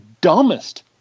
dumbest